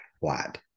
flat